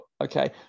okay